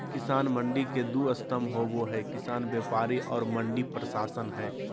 किसान मंडी के दू स्तम्भ होबे हइ किसान व्यापारी और मंडी प्रशासन हइ